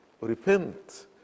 repent